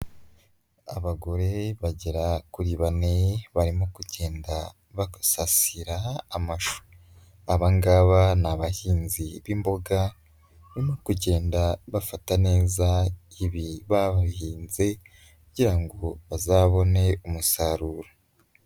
Abagore bagera kuri bane barimo kugenda basasira amashu, aba ngaba ni abahinzi b'imboga, barimo kugenda bafata neza ibi bahinze kugira ngo bazabone umusaruro.